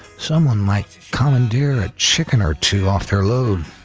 someone might commandeer a chicken or two off their load.